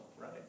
right